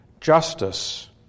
justice